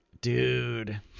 dude